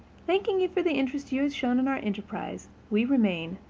thanking you for the interest you have shown in our enterprise, we remain,